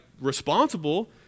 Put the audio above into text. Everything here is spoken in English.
responsible